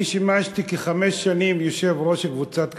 אני שימשתי כחמש שנים יושב-ראש קבוצת כדורגל,